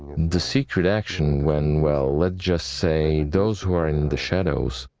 the secret action when. well, let's just say, those who are in the shadows,